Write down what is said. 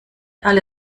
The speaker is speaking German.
alle